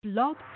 Blog